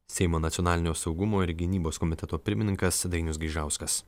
seimo nacionalinio saugumo ir gynybos komiteto pirmininkas dainius gaižauskas